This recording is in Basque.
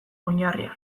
oinarriak